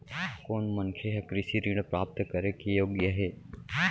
कोन मनखे ह कृषि ऋण प्राप्त करे के योग्य हे?